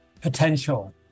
potential